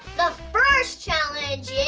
the first challenge